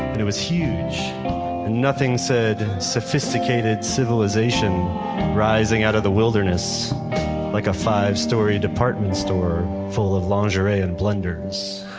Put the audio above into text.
it was huge and nothing said sophisticated civilization rising out of the wilderness like a five-story department store full of lingerie and blenders.